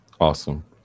Awesome